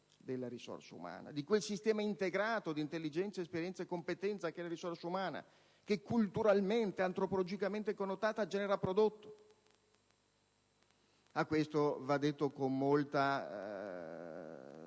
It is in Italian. della risorsa umana, di quel sistema integrato di intelligenza, esperienza e competenza che è la risorsa umana che, culturalmente e antropologicamente connotata, genera prodotto. A questo - va detto con molta